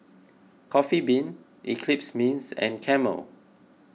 Coffee Bean Eclipse Mints and Camel